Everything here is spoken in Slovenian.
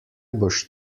boš